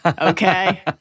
Okay